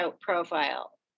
profile